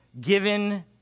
given